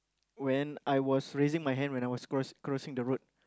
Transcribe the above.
when I was raising my hand when I was cross crossing the road